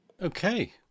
Okay